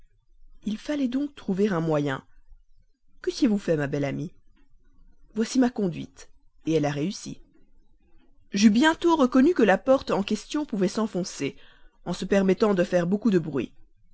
il fallait donc trouver un moyen qu'eussiez-vous fait ma belle amie voici ma conduite elle a réussi j'eus bientôt reconnu que la porte en question pouvait s'enfoncer en se permettant de faire beaucoup de bruit